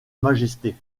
majesté